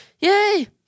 yay